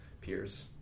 peers